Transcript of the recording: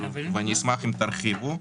אשמח אם תרחיבו.